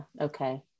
Okay